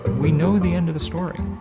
we know the end of the story.